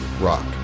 rock